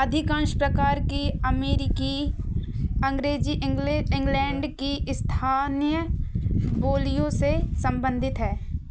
अधिकांश प्रकार की अमरीकी अंग्रेज़ी इंग इंग्लैंड की स्थानीय बोलियों से संबंधित है